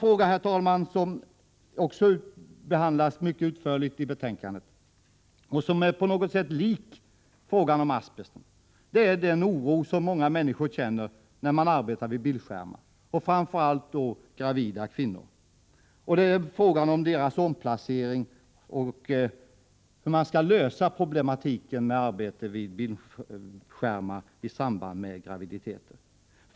En annan sak som också behandlas mycket utförligt i betänkandet och som på något sätt liknar frågan om asbest är den oro som många människor känner som arbetar vid bildskärm, framför allt då gravida kvinnor. Man diskuterar hur man skall lösa problematiken med arbete vid bildskärm i samband med graviditeter.